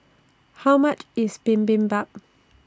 How much IS Bibimbap